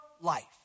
life